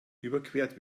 überquert